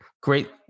Great